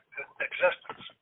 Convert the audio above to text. existence